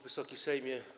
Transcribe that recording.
Wysoki Sejmie!